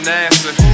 answer